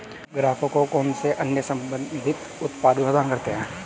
आप ग्राहकों को कौन से अन्य संबंधित उत्पाद प्रदान करते हैं?